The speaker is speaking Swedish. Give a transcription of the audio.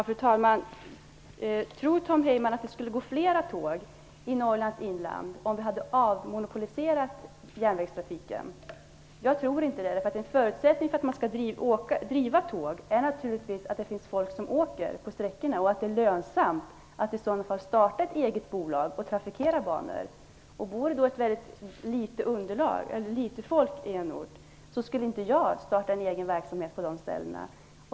Fru talman! Tror Tom Heyman att det skulle gå flera tåg i Norrlands inland om vi hade avreglerat järnvägstrafiken? Jag tror inte det. En förutsättning för att man skall driva järnvägstrafik är naturligtvis att det finns folk som åker på sträckorna, att det är lönsamt att starta ett eget bolag och trafikera banor. Bor det litet folk i en ort skulle inte jag starta någon verksamhet där.